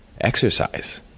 exercise